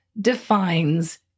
defines